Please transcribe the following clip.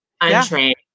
untrained